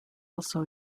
also